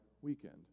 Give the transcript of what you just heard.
weekend